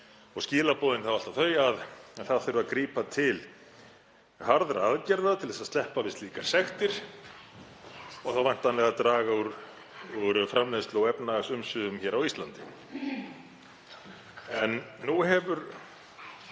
Skilaboðin eru alltaf þau að það þurfi að grípa til harðra aðgerða til þess að sleppa við slíkar sektir og þá væntanlega draga úr framleiðslu og efnahagsumsvifum hér á Íslandi. En nú hefur